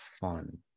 fun